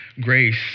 grace